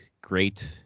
great